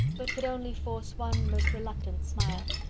but could only force one most reluctant smile.